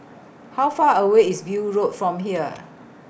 How Far away IS View Road from here